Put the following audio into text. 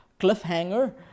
cliffhanger